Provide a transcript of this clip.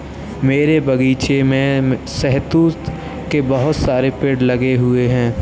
मेरे बगीचे में शहतूत के बहुत सारे पेड़ लगे हुए हैं